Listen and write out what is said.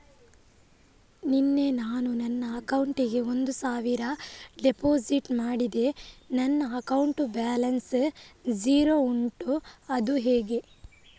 ನಿನ್ನೆ ನಾನು ನನ್ನ ಅಕೌಂಟಿಗೆ ಒಂದು ಸಾವಿರ ಡೆಪೋಸಿಟ್ ಮಾಡಿದೆ ನನ್ನ ಅಕೌಂಟ್ ಬ್ಯಾಲೆನ್ಸ್ ಝೀರೋ ಉಂಟು ಅದು ಹೇಗೆ?